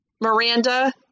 Miranda